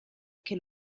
che